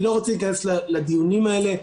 אני לא רוצה להיכנס לדיונים האלה.